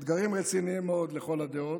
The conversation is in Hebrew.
אתגרים רציניים מאוד לכל הדעות.